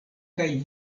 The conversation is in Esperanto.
kaj